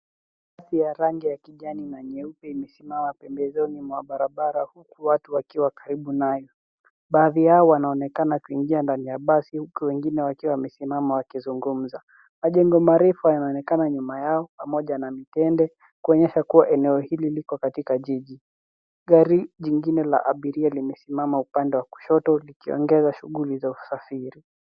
Basi ya rangi ya kijani na nyeupe imesimama pembezoni mwa barabara huku watu wakiwa karibu nalo. Baadhi yao wanaonekana kuingia ndani ya basi huku wengine wakiwa wamesimama wakizungumza. Majengo marefu yanaonekana nyuma yao pamoja na mtende, kwenye heko eneo hili liko katika jiji. Gari lingine la abiria limesimama upande wa kushoto likiongeza shughuli za usafiri.